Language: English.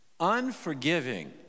Unforgiving